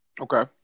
Okay